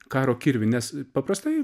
karo kirvį nes paprastai